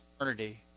eternity